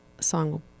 song